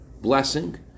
blessing